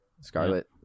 Scarlet